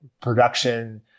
production